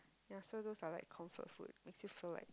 ya so those are like comfort food makes you feel like